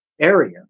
area